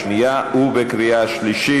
32 בעד, אחד נגד, שניים נמנעים.